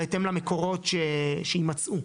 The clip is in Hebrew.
בהתאם למקורות שימצאו,